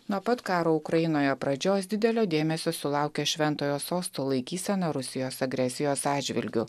nuo pat karo ukrainoje pradžios didelio dėmesio sulaukia šventojo sosto laikysena rusijos agresijos atžvilgiu